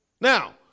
Now